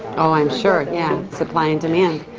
i'm sure. yeah. supply and demand.